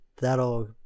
that'll